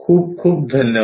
खूप खूप धन्यवाद